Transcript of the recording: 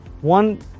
one